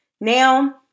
now